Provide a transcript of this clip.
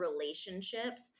relationships